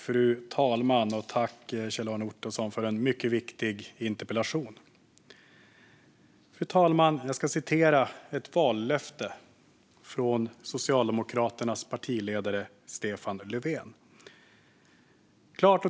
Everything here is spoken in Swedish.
Fru talman! Jag tackar Kjell-Arne Ottosson för en mycket viktig interpellation. Fru talman! Jag ska citera ett vallöfte från Socialdemokraternas partiledare Stefan Löfven.